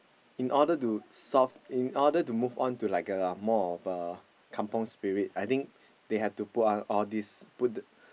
in order to solve in order to move on to like a more of a kampung spirit I think they have to put up all these put the